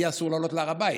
לי אסור לעלות להר הבית,